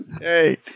Hey